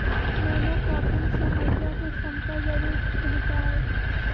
monocropping से मटिया के क्षमता जरूर घटा हई